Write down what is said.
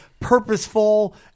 purposeful